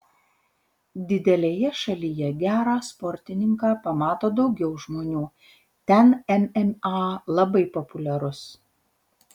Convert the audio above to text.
didelėje šalyje gerą sportininką pamato daugiau žmonių ten mma labai populiarus